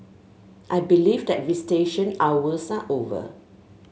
I believe that visitation hours are over